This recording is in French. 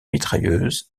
mitrailleuse